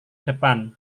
depan